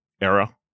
era